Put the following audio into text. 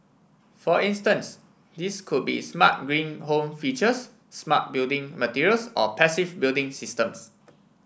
for instance these could be smart green home features smart building materials or passive building systems